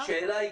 השאלה היא